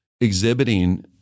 exhibiting